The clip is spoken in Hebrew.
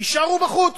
יישארו בחוץ.